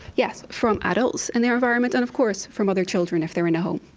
yes, from adults in their environment, and of course from other children if they are in a home.